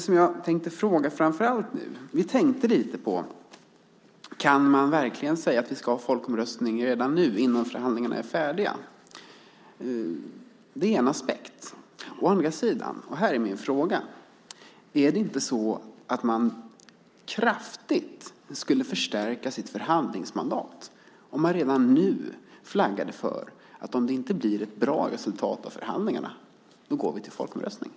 Vi har funderat på frågan om man verkligen kan säga att vi ska ha en folkomröstning redan nu, innan förhandlingarna är färdiga. Det är en av aspekterna. Den andra frågan är: Skulle man inte kraftigt förstärka sitt förhandlingsmandat om man redan nu flaggade för att vi går till folkomröstning om resultatet av förhandlingarna inte blir bra?